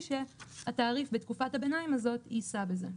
שהתעריף בתקופת הביניים הזאת יישא בזה.